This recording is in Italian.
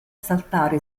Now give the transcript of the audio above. saltare